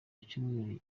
icyumweru